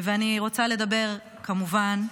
ואני רוצה לדבר, כמובן,